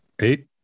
eight